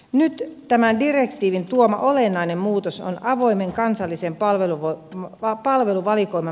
nyt tämän direktiivin tuoma olennainen muutos on avoimen kansallisen palveluvalikoiman määritteleminen